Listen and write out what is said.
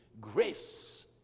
grace